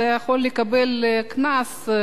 אתה יכול לקבל קנס.